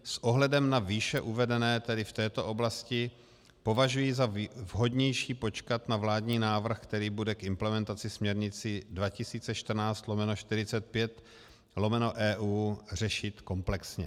S ohledem na výše uvedené v této oblasti považuji za vhodnější počkat na vládní návrh, který bude implementaci směrnice 2014/45/EU řešit komplexně.